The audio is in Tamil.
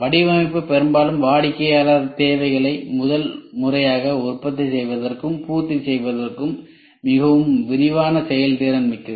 வடிவமைப்பு பெரும்பாலும் வாடிக்கையாளர் தேவைகளை முதல் முறையாக உற்பத்தி செய்வதற்கும் பூர்த்தி செய்வதற்கும் மிகவும் விரிவான செயல்திறன் மிக்கது